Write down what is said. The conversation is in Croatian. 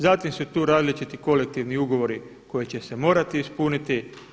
Zatim su tu različiti kolektivni ugovori koji će se morati ispuniti.